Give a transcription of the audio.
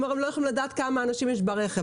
אומר שהם לא יוכלו לדעת אנשים יש ברכב.